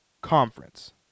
conference